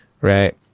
right